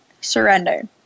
Surrender